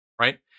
right